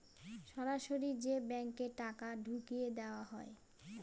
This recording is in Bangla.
সরাসরি যে ব্যাঙ্কে টাকা ঢুকিয়ে দেওয়া হয়